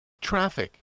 traffic